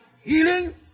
healing